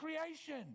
creation